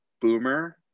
boomer